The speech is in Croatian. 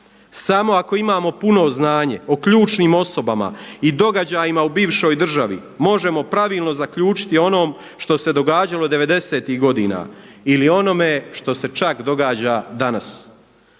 Samo ako imamo puno znanje o ključnim osobama i događajima o bivšoj državi možemo pravilno zaključiti o onom što se događalo '90.-tih godina ili onome što se čak događa danas.